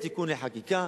יהיה תיקון חקיקה,